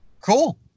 Cool